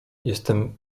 jestem